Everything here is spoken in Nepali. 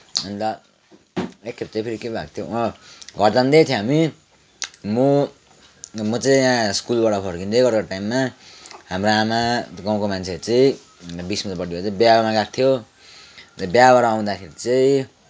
अन्त एकखेप चाहिँ फेरि के भएको थियो घर जाँदै थियौँ हामी म म चाहिँ यहाँ स्कुलबाट फर्किँदै गरेको टाइममा हाम्रो आमा गाउँका मान्छेहरू चाहिँ बिस माइलबाट चाहिँ बिहामा गएका थियो अन्त बिहाबाट आउँदाखेरि चाहिँ